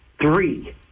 three